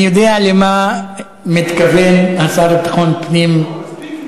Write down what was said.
אני יודע למה מתכוון השר לביטחון פנים.